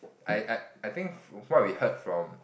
I I I think what we heard from